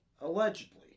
Allegedly